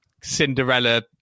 Cinderella